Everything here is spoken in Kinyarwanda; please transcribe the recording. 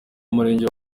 murenge